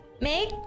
Make